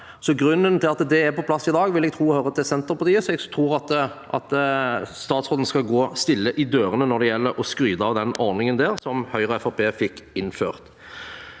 Grunnen til at den er på plass i dag, vil jeg altså tro ligger til Senterpartiet, så jeg tror statsråden skal gå stille i dørene når det gjelder å skryte av den ordningen, som Høyre og Fremskrittspartiet